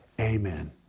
amen